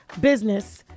business